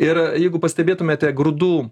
ir jeigu pastebėtumėte grūdų